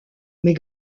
mais